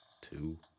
two